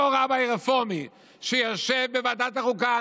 אותו רבי רפורמי שיושב בוועדת החוקה,